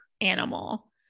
animal